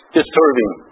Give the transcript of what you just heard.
disturbing